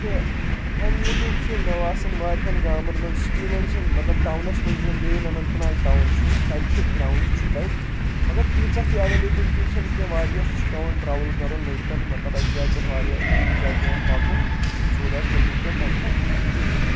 تہٕ امہِ موٗجوٗب چھُ مےٚ باسان واریہن گامن منٛز سٹی منٛز چھِنہٕ مطلب ٹاونس منٛز یُس زن مین اننت ناگ ٹاوُن چھُ تتہِ چھِ گراوُنٛڈ چھُ تتہِ مگر تیٖژہ تہِ اٮ۪ویلبلٹی چھِنہٕ کیںٛہہ واریاہ چھُ پٮ۪وان ٹروٕل کرُن لڑکن مطلب اکہِ جایہِ پٮ۪ٹھ واریاہ بیٚیِس جایہِ پٮ۪ون پکُن سو دیٹ تِم ہٮ۪کٮ۪ن تتٮ۪ن گِنٛدِتھ